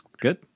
Good